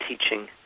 teaching